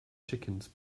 chickens